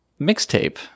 Mixtape